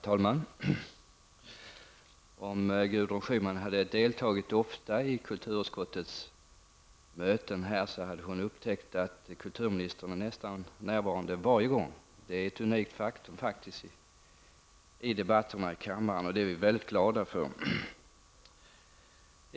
Herr talman! Om Gudrun Schyman hade deltagit ofta i kulturutskottets debatter hade hon upptäckt att kulturministern är närvarande nästan varje gång. Det är faktiskt ett unikt faktum i debatterna i kammaren, och det är vi väldigt glada för.